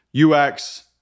UX